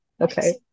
okay